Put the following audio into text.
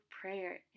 prayer